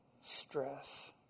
stress